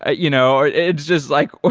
ah you know ah it's just like,